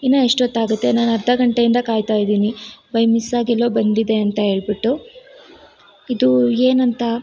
ಇನ್ನೂ ಎಷ್ಟೊತ್ತಾಗುತ್ತೆ ನಾನು ಅರ್ಧ ಗಂಟೆಯಿಂದ ಕಾಯ್ತಾಯಿದ್ದೀನಿ ಬೈ ಮಿಸ್ಸಾಗಿ ಎಲ್ಲೋ ಬಂದಿದೆ ಅಂತ ಹೇಳ್ಬಿಟ್ಟು ಇದು ಏನಂತ